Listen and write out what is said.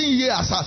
years